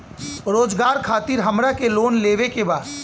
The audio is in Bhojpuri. रोजगार खातीर हमरा के लोन लेवे के बा?